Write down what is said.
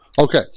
Okay